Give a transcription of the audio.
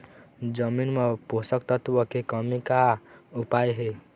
जमीन म पोषकतत्व के कमी का उपाय हे?